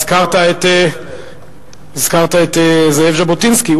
הזכרת את זאב ז'בוטינסקי,